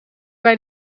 bij